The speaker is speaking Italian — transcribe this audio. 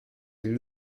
gli